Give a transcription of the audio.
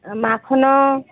ମାଖନ